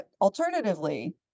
alternatively